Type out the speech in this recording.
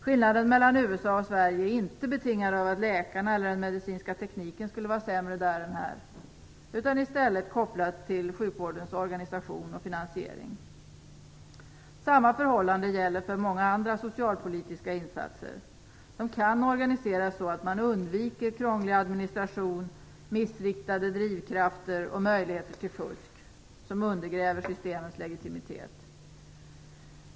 Skillnaden mellan USA och Sverige är inte betingad av att läkarna eller den medicinska tekniken skulle vara sämre där än här, utan i stället kopplad till sjukvårdens organisation och finansiering. Samma förhållande gäller för många andra socialpolitiska insatser. De kan organiseras så att man undviker krånglig administration, missriktade drivkrafter och möjligheter till fusk som undergräver systemens legitimitet.